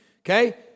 okay